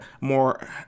more